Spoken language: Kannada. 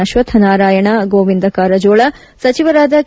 ಅಶ್ವಥನಾರಾಯಣ ಗೋವಿಂದ ಕಾರಜೋಳ ಸಚಿವರಾದ ಕೆ